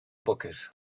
bucket